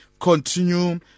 continue